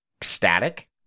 static